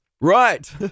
Right